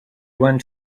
went